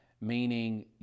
meaning